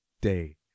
day